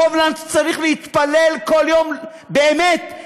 קובלנץ צריך להתפלל כל יום, באמת.